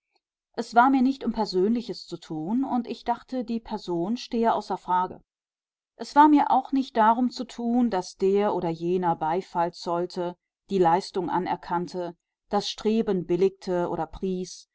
es war mir nicht um persönliches zu tun und ich dachte die person stehe außer frage es war mir auch nicht darum zu tun daß der oder jener beifall zollte die leistung anerkannte das streben billigte oder pries